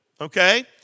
Okay